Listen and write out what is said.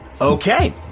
okay